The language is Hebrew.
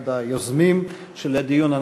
אחד היוזמים של הדיון.